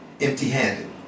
empty-handed